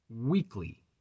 weekly